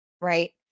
right